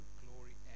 glory